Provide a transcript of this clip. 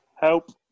help